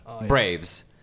Braves